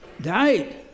died